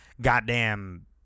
goddamn